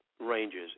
ranges